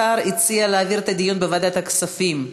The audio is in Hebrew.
השר הציע להעביר את הדיון לוועדת הכספים.